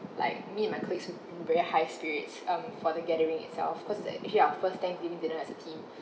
like me and my colleagues have been very high spirits um for the gathering itself cause it's like actually our first thanksgiving dinner as a team